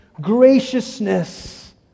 graciousness